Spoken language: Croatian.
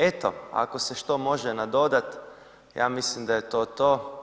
Eto, ako se što može nadodati, ja mislim da je to to.